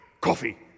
coffee